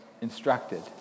instructed